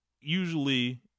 usually